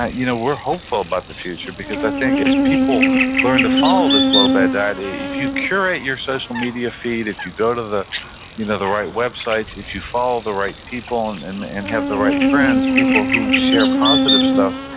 you know we're hopeful about the future because i think as people learn to follow this low bad diet, if you curate your social media feed, if you go to the you know the right websites, if you follow the right people and and and have the right friends, people who share positive stuff,